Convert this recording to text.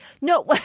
No